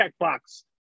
checkbox